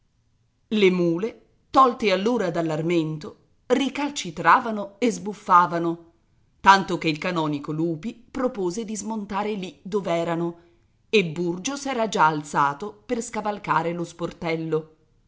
le mule tolte allora dall'armento ricalcitravano e sbuffavano tanto che il canonico lupi propose di smontare lì dov'erano e burgio s'era già alzato per scavalcare lo sportello